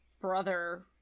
brother